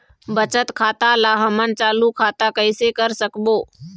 बचत खाता ला हमन चालू खाता कइसे कर सकबो?